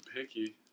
picky